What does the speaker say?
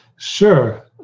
Sure